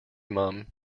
mum